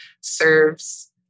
serves